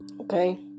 Okay